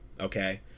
Okay